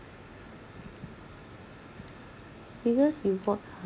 because you bought a